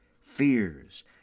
fears